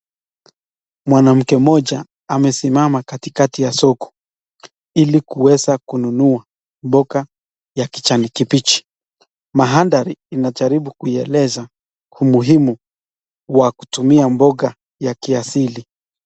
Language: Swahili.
Mwanamke mmoja amesimama katikati ya soko ili kuweza kununua mboga ya kijani kibichi .Mandhari inajaribu kueleza umuhimu wa kutumia mboga ya kiasili.